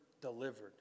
delivered